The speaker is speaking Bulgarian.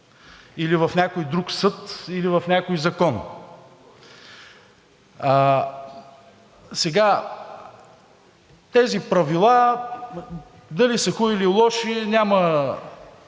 или в някой друг съд, или в някой закон. Тези правила дали са хубави, или лоши, няма